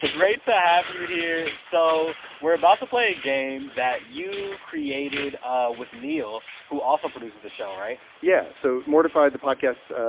to have you here. so we're about to play a game that you created ah with neil, who also produces the show, right? yeah. so, mortified, the podcast,